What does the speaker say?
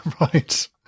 Right